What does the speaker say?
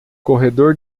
corredor